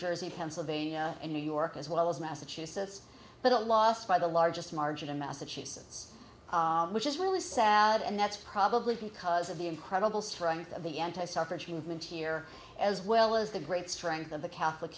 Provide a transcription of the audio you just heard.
jersey pennsylvania and new york as well as massachusetts but a loss by the largest margin in massachusetts which is really sad and that's probably because of the incredible strength of the anti suffrage movement here as well as the great strength of the catholic